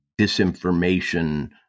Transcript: disinformation